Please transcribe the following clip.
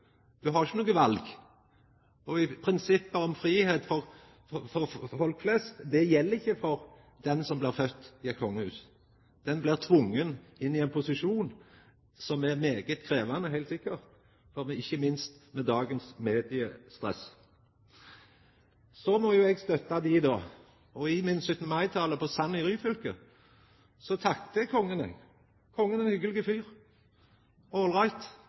har ikkje noko val. Prinsippet om fridom for folk flest gjeld ikkje for den som blir fødd i eit kongehus. Han blir tvinga inn i ein posisjon som er særs krevjande, heilt sikkert – ikkje minst med dagens mediestress. Så må eg støtta dei. I 17. mai-tala mi på Sand i Ryfylke takka eg kongen, eg. Kongen er ein hyggeleg fyr – ålreit,